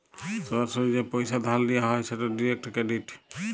সরাসরি যে পইসা ধার লিয়া হ্যয় সেট ডিরেক্ট ক্রেডিট